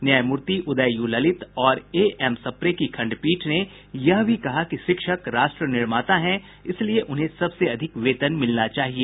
न्यायमूर्ति उदय यू ललित और एएम सप्रे की खंडपीठ ने यह भी कहा कि शिक्षक राष्ट्र निर्माता हैं इसलिए उन्हें सबसे अधिक वेतन मिलना चाहिए